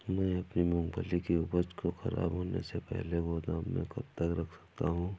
मैं अपनी मूँगफली की उपज को ख़राब होने से पहले गोदाम में कब तक रख सकता हूँ?